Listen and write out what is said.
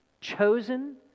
chosen